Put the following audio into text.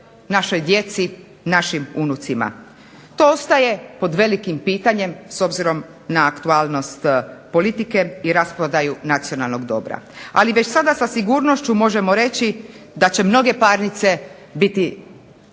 našoj djeci, našim unucima. To ostaje pod velikim pitanjem s obzirom na aktualnost politike i rasprodaju nacionalnog dobra. Ali već sada sa sigurnošću možemo reći da će mnoge parnice biti